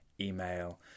email